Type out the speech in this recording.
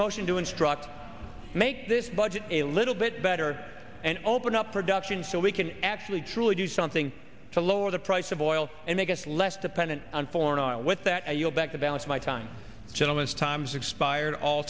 motion to instruct make this budget a little bit better and open up production so we can actually truly do something to lower the price of oil and make us less dependent on foreign oil with that and you'll back to balance my time gentleman's time has expired all